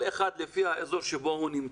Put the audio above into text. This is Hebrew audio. כל אחד לפי האזור בו הוא נמצא.